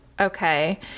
Okay